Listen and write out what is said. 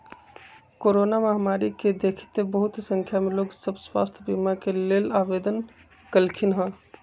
corona महामारी के देखइते बहुते संख्या में लोग सभ स्वास्थ्य बीमा के लेल आवेदन कलखिन्ह